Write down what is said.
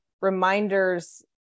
reminders